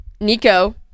Nico